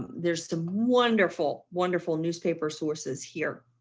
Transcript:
there's some wonderful, wonderful newspaper sources here.